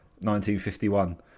1951